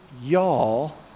y'all